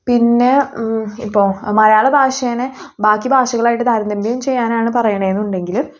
പിന്നെ ഇപ്പോൾ മലയാളഭാഷേനെ ബാക്കി ഭാഷകളായിട്ട് താരതമ്യം ചെയ്യാനാണ് പറയന്നതെന്നുണ്ടെങ്കിൽ